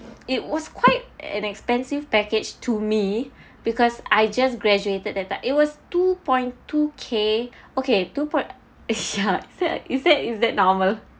it was quite an expensive package to me because I just graduated that time it was two point two K okay two point ya is that is that is that normal